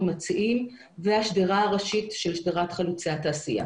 מציעים והשדרה הראשית שהיא שדרת חלוצי התעשייה.